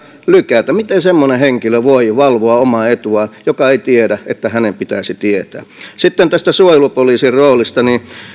lykätä miten semmoinen henkilö voi valvoa omaa etuaan joka ei tiedä että hänen pitäisi tietää sitten tästä suojelupoliisin roolista